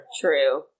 true